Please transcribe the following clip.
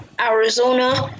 Arizona